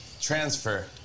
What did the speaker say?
transfer